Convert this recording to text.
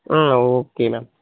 ah okay ma'am